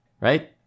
Right